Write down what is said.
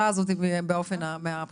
יש לזה השלכות שקשורות לאופן ההנצחה.